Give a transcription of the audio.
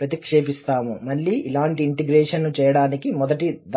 ప్రతిక్షేపిస్తాము మళ్లీ ఇలాంటి ఇంటిగ్రేషన్ ను చేయడానికి మొదటి దానిలో